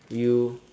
you